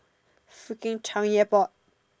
Foodking Changi Airport